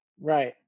Right